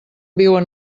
viuen